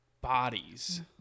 bodies